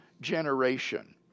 generation